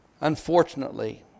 Unfortunately